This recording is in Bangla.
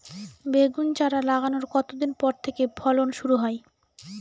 বেগুন চারা লাগানোর কতদিন পর থেকে ফলন শুরু হয়?